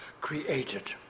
created